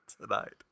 Tonight